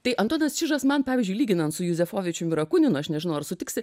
tai antonas čižas man pavyzdžiui lyginant su juzefovičium ir akuninu aš nežinau ar sutiksi